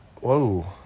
Whoa